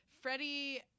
freddie